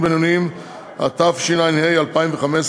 נתקבלה.